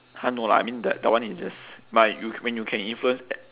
!huh! no lah I mean that that one is just my you mean you can influence